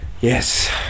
Yes